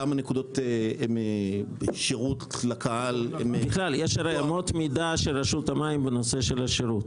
כמה נקודות שירות לקהל- -- יש אמות מידה של רשות המים בשירות,